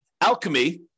alchemy